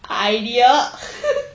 idea